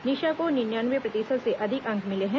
निशा को निन्यानवे प्रतिशत से अधिक अंक मिले हैं